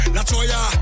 Latoya